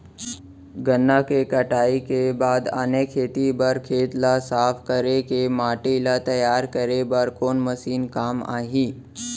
गन्ना के कटाई के बाद आने खेती बर खेत ला साफ कर के माटी ला तैयार करे बर कोन मशीन काम आही?